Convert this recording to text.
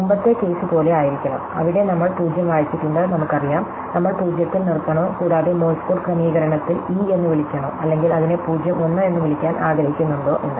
മുമ്പത്തെ കേസ് പോലെ ആയിരിക്കണം അവിടെ നമ്മൾ 0 വായിച്ചിട്ടുണ്ട് നമുക്കറിയാം നമ്മൾ 0 ത്തിൽ നിർത്തണോ കൂടാതെ മോഴ്സ് കോഡ് ക്രമീകരണത്തിൽ ഇ എന്ന് വിളിക്കണോ അല്ലെങ്കിൽ അതിനെ 0 1 എന്ന് വിളിക്കാൻ ആഗ്രഹിക്കുന്നുണ്ടോ എന്ന്